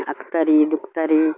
اختری دختری